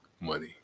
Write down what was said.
money